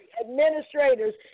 administrators